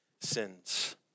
sins